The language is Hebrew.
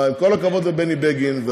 עם כל הכבוד לבני בגין,